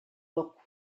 will